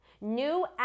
new